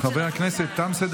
חברי הכנסת,